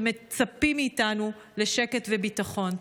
שמצפים מאיתנו לשקט וביטחון?